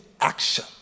action